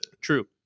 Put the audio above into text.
true